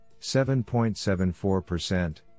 7.74%